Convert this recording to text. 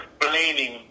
explaining